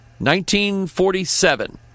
1947